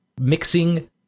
mixing